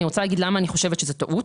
אני רוצה להגיד למה אני חושבת שזה טעות.